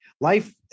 life